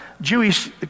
Jewish